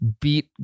beat